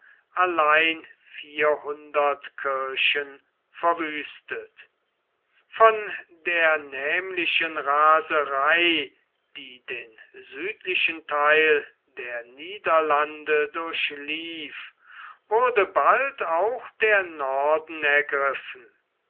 allein vierhundert kirchen verwüstet von der nämlichen raserei die den südlichen theil der niederlande durchlief wurde bald auch der norden ergriffen